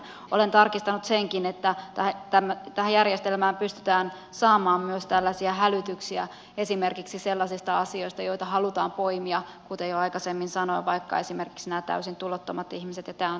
olen tarkistanut senkin että tähän järjestelmään pystytään samaan myös tällaisia hälytyksiä esimerkiksi sellaisista asioista joita halutaan poimia kuten jo aikaisemmin sanoin vaikka esimerkiksi nämä täysin tulottomat ihmiset ja tämä on tärkeätä